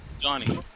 Johnny